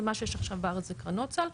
ומה שיש עכשיו בארץ זה קרנות סל,